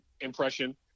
impression